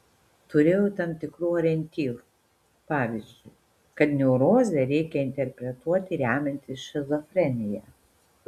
turėjau tam tikrų orientyrų pavyzdžiui kad neurozę reikia interpretuoti remiantis šizofrenija